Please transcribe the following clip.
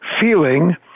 feeling